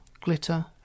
glitter